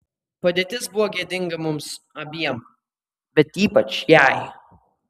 padėtis buvo gėdinga mums abiem bet ypač jai